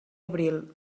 abril